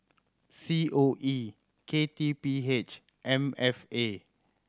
C O E K T P H and M F A